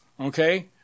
Okay